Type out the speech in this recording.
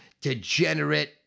degenerate